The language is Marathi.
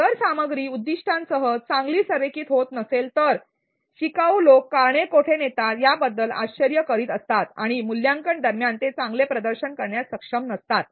जर सामग्री उद्दिष्टांसह चांगली संरेखित होत नसेल तर शिकाऊ लोक "कारणे" कोठे नेतात याबद्दल आश्चर्यचकित असतात आणि मूल्यांकन दरम्यान ते चांगले प्रदर्शन करण्यास सक्षम नसतात